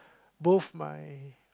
both my